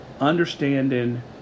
understanding